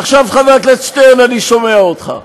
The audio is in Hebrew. עכשיו, חבר הכנסת שטרן, אני שומע אותך.